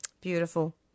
Beautiful